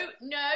no